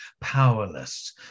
powerless